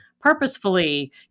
purposefully